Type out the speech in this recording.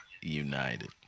united